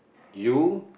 you